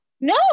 No